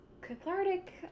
cathartic